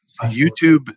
YouTube